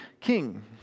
king